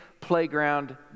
playground